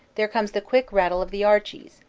there comes the quick rattle of the archies,